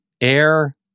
Air